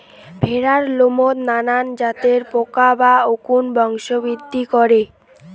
ভ্যাড়ার লোমত নানান জাতের পোকা বা উকুন বংশবৃদ্ধি করে